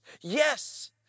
Yes